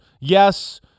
yes